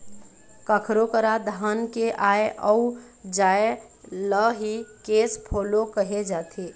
कखरो करा धन के आय अउ जाय ल ही केस फोलो कहे जाथे